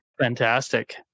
fantastic